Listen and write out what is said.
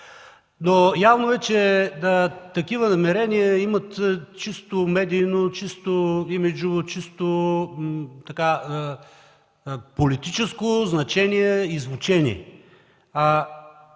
Явно е, че такива намерения имат чисто медийно, чисто имиджово, чисто политическо значение и звучене.